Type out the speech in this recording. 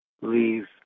leave